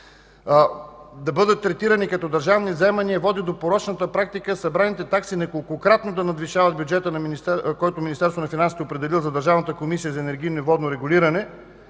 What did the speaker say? да бъдат третирани като държавни вземания води до порочната практика събраните такси неколкократно да надвишават бюджета, който Министерството на финансите е определил за Държавната комисия за енергийно и водно регулиране,